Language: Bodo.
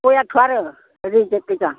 बयाथ' आरो रेजेक्ट गोजा